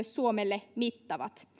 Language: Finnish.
suomelle mittavat